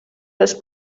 les